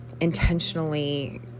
intentionally